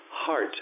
Heart